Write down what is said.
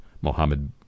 Mohammed